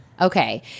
Okay